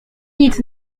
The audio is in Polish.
nic